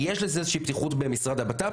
יש לזה איזה שהיא פתיחות במשרד הבט"פ,